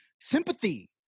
sympathy